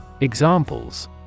Examples